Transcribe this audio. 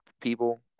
people